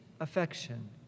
affection